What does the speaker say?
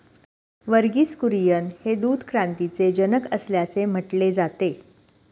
वर्गीस कुरियन हे दूध क्रांतीचे जनक असल्याचे म्हटले जाते